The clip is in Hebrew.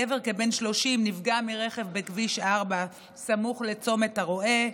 גבר כבן 30 נפגע מרכב בכביש 4 סמוך לצומת הרא"ה,